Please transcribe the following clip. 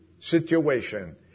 situation